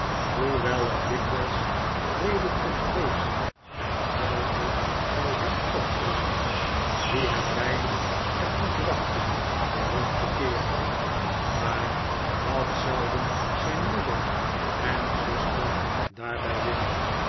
hoewel er dikwijls redenen tot vrees en twijfel bij hem opkwamen die hem bijna er toe brachten terug te keeren maar wat zouden zijn moeder en zuster daarbij winnen